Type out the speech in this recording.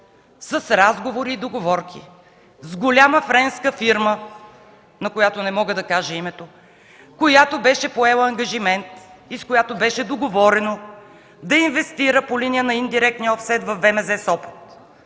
с разговори и договорки с голяма френска фирма, на която не мога да кажа името, която беше поела ангажимент и с която беше договорено да инвестира по линия на индиректния офсет във